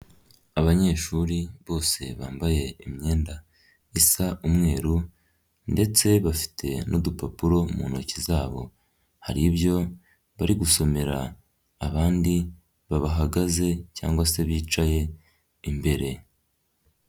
Abanyeshuri bose bambaye imyenda isa umweru ndetse bafite n'udupapuro mu ntoki zabo, hari ibyo bari gusomera abandi bahagaze cyangwa se bicaye imbere.